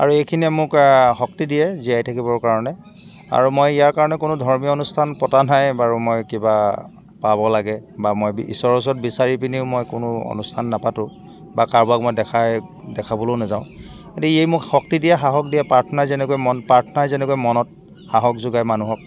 আৰু এইখিনিয়ে মোক শক্তি দিয়ে জীয়াই থাকিবৰ কাৰণে আৰু মই ইয়াৰ কাৰণে কোনো ধৰ্মীয় অনুষ্ঠান পতা নাই বাৰু মই কিবা পাব লাগে বা মই ঈশ্বৰ ওচৰত বিচাৰি পিনিও মই কোনো অনুষ্ঠান নাপাতো বা কাৰোবাক মই দেখাই দেখাবলৈও নাযাওঁ গতিকে ই মোক শক্তি দিয়ে সাহস দিয়ে প্ৰাৰ্থনা যেনেকৈ মন প্ৰাৰ্থনাই যেনেকৈ মনত সাহস যোগায় মানুহক